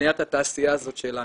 בבניית התעשייה הזאת שלנו.